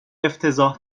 افتضاح